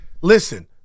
Listen